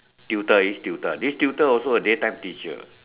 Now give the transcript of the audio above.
tutor this tutor this tutor also day time teacher